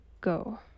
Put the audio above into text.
go